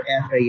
FAA